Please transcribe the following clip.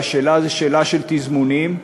והשאלה היא שאלה של תזמונים.